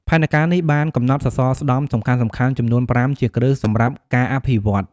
ផែនការនេះបានកំណត់សសរស្តម្ភសំខាន់ៗចំនួន៥ជាគ្រឹះសម្រាប់ការអភិវឌ្ឍ។